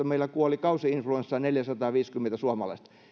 meillä kuoli kausi influenssaan neljäsataaviisikymmentä suomalaista